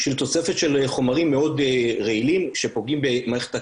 של תוספת של חומרים מאוד רעילים שפוגעים במערכת הקרישה,